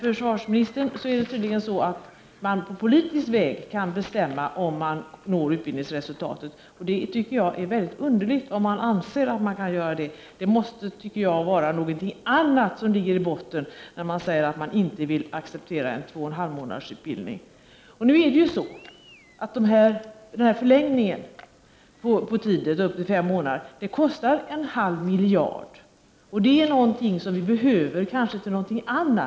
Försvarsministern menar tydligen att man på politisk väg kan bestämma om utbildningsresultatet uppnås, men jag tycker att den tanken är mycket underlig. Någonting annat måste ligga i botten när man säger att man inte vill acceptera en 2,5-månadersutbildning. Förlängningen till 5 månader kostar ju en halv miljard kronor, och det är pengar som vi kanske behöver till någonting annat.